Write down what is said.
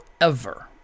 forever